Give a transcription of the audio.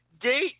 Date